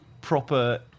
proper